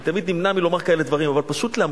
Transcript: אני תמיד נמנע מלומר כאלה דברים אבל, כדי להמחיש.